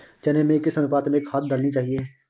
चने में किस अनुपात में खाद डालनी चाहिए?